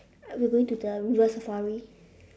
I we going to the river-safari